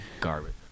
Garbage